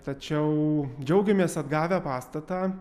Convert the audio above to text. tačiau džiaugiamės atgavę pastatą